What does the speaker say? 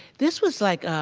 this was like.